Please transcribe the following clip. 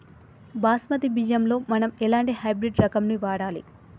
బాస్మతి బియ్యంలో మనం ఎలాంటి హైబ్రిడ్ రకం ని వాడాలి?